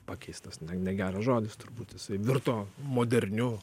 pakeistas ne negeras žodis turbūt jisai virto moderniu